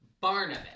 Barnabas